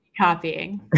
copying